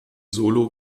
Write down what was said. solo